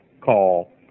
call